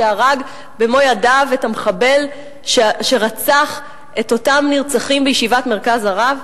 שהרג במו-ידיו את המחבל שרצח את אותם נרצחים בישיבת "מרכז הרב"?